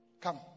come